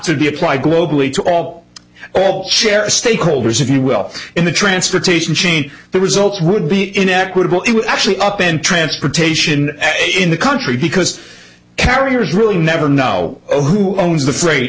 to be applied globally to all all share stakeholders if you will in the transportation chain the results would be inequitable it was actually up in transportation in the country because carriers really never know who owns the freight